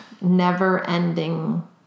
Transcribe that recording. never-ending